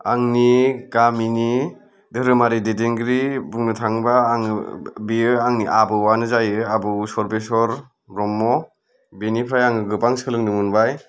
आंनि गामिनि धोरोमारि दैदेनगिरि बुंनो थाङोबा आङो बेयो आंनि आबौआनो जायो आबौ सरबेसर ब्रह्म बेनिफ्राय आङो गोबां सोलोंनो मोनबाय